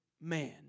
man